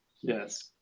yes